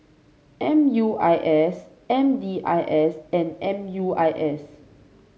M U I S M D I S and M U I S